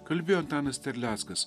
kalbėjo antanas terleckas